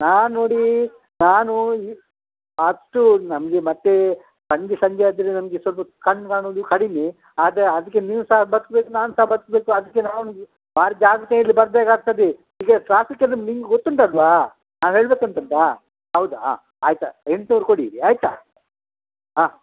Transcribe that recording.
ನಾನು ನೋಡಿ ನಾನು ಈಗ ಹತ್ತು ನಮಗೆ ಮತ್ತೆ ಸಂಜೆ ಸಂಜೆ ಆದರೆ ನಮಗೆ ಸ್ವಲ್ಪ ಕಣ್ಣು ಕಾಣೋದು ಕಡಿಮೆ ಆದರೆ ಅದಕ್ಕೆ ನೀವು ಸಹ ಬದ್ಕ್ಬೇಕು ನಾನು ಸಹ ಬದುಕ್ಬೇಕು ಅದಕ್ಕೆ ನಾನು ಭಾರೀ ಜಾಗ್ರತೆಯಲ್ಲಿ ಬರಬೇಕಾಗ್ತದೆ ಈಗ ಟ್ರಾಫಿಕ್ ಆದ್ರೆ ನಿಮ್ಗೆ ಗೊತ್ತುಂಟಲ್ಲವಾ ನಾವು ಹೇಳ್ಬೇಕಂತ ಉಂಟಾ ಹೌದಾ ಆಯ್ತಾ ಎಂಟ್ನೂರು ಕೊಡಿರಿ ಆಯಿತಾ ಹಾಂ